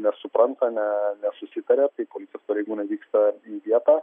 nesupranta ne nesusitaria tai policijos pareigūnai vyksta į vietą